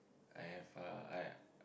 I have uh I